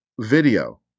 video